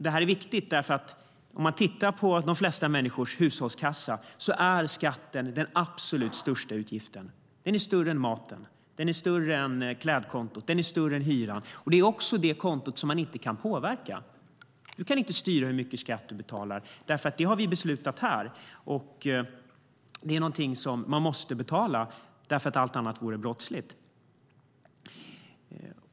Detta är viktigt därför att om man tittar på de flesta människors hushållskassa är skatten den absolut största utgiften. Den är större än kostnaden för mat, den är större än klädkontot, och den är större än hyran. Det är också det konto som man inte kan påverka. Man kan inte styra hur mycket skatt man betalar eftersom vi har beslutat om det här. Det är någonting som man måste betala därför att allt annat vore brottsligt.